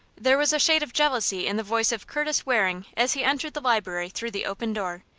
there was a shade of jealousy in the voice of curtis waring as he entered the library through the open door,